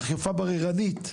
אכיפה בררנית,